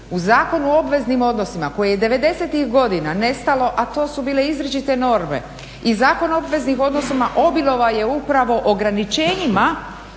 u Zakonu o obveznim odnosima koji je devedesetih godina nestalo, a to su bile izričite norme i Zakon o obveznim odnosima obilovao je upravo ograničenjima